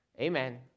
Amen